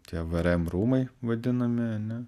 tie vrm rūmai vadinami ane